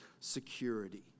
security